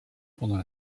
pendant